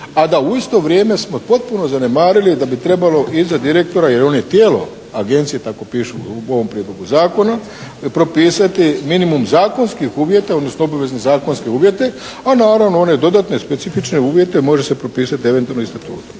a da u isto vrijeme smo potpuno zanemarili da bi trebalo i za direktora, jer on je tijelo agencije, tako piše u ovom Prijedlogu zakona, propisati minimum zakonskih uvjeta, odnosno obavezne zakonske uvjete, a naravno one dodatne specifične uvjete može se propisati eventualno i statutom.